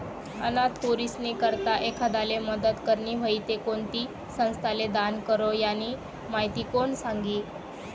अनाथ पोरीस्नी करता एखांदाले मदत करनी व्हयी ते कोणती संस्थाले दान करो, यानी माहिती कोण सांगी